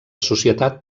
societat